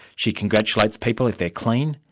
she congratulates people if they're clean,